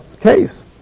case